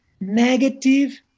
Negative